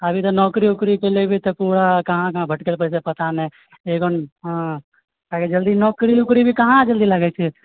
अभी तऽ नौकरी वौकरी लेबै तऽ पूरा कहाँ कहाँ भटकै पड़तै पता नहि एहिठाम हाँ आई काल्हि नौकरी वोकरी भी कहाँ जल्दी लगै छै